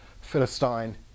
Philistine